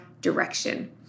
direction